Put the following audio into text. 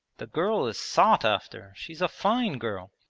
the girl is sought after, she's a fine girl.